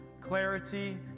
clarity